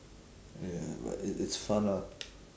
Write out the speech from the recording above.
ya but it it's fun lah